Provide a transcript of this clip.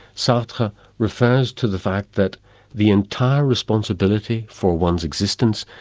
sartre refers to the fact that the entire responsibility for one's existence,